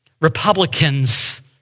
Republicans